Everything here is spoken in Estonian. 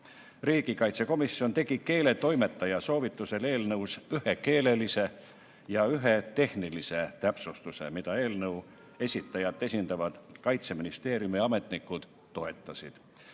Riigikaitsekomisjon tegi keeletoimetaja soovitusel eelnõus ühe keelelise ja ühe tehnilise täpsustuse, mida eelnõu esitajat esindavad Kaitseministeeriumi ametnikud